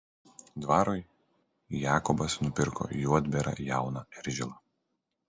dvarui jakobas nupirko juodbėrą jauną eržilą